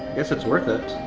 it's it's worth it.